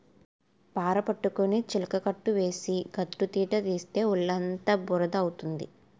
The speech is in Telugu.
పార పట్టుకొని చిలకట్టు వేసి గట్టుతీత తీస్తే ఒళ్ళుఅంతా బురద అవుతుంది